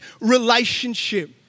relationship